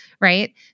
right